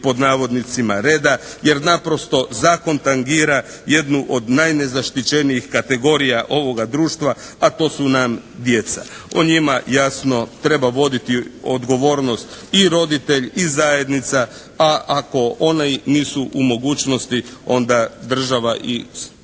pod navodnicima reda, jer naprosto zakon tangira jednu od najnezaštićenijih kategorija ovoga društva, a to su nam djeca. O njima jasno treba voditi odgovornost i roditelj i zajednica, a ako oni nisu u mogućnosti onda država i s tim